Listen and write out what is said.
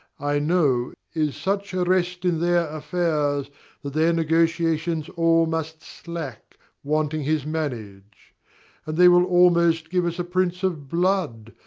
i know, is such a wrest in their affairs that their negotiations all must slack wanting his manage and they will almost give us a prince of blood,